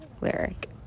lyric